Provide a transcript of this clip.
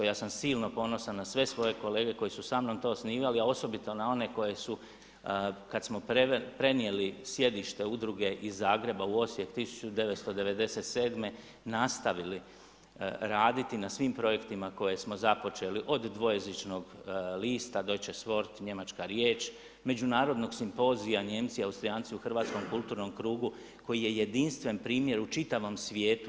Ja sam silno ponosan na sve svoje kolege koji su sa mnom to osnivali, a osobito na one koji su kada smo prenijeli sjedište udruge iz Zagreba u Osijek 1997. nastavili raditi na svim projektima koje smo započeli od dvojezičnog lista Deutsches wort, Njemačka riječ, Međunarodnog simpozija „Nijemci, Austrijanci u hrvatskom kulturnom krugu“ koji je jedinstven primjer u čitavom svijetu.